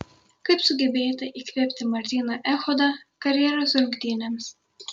kaip sugebėjote įkvėpti martyną echodą karjeros rungtynėms